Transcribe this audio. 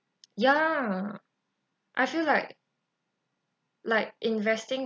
ya I feel like like investing